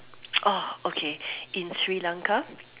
oh okay in Sri-Lanka